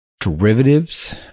derivatives